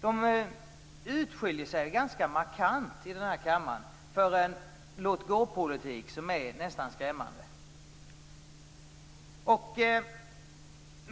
De skiljer ut sig ganska markant i den här kammaren för en låt-gå-politik som är nästan skrämmande.